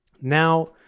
Now